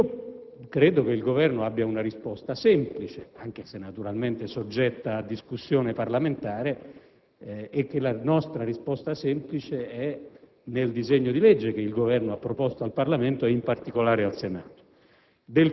RAI. Credo che il Governo abbia una risposta semplice, anche se naturalmente soggetta a discussione parlamentare: la nostra risposta semplice è nel disegno di legge che il Governo ha proposto al Parlamento e in particolare al Senato.